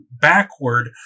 backward